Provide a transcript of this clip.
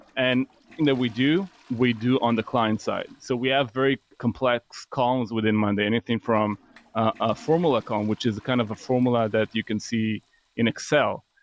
and we do we do on the client side. so we have very complex columns within monday. anything from a formula account, which is kind of a formula that you can see in excel,